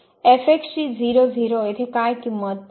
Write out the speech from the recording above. ची0 0 येथे काय किंमत